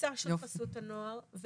בתפיסה של חסות הנוער.